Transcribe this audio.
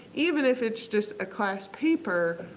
even if it's just a class paper,